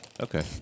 Okay